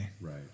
Right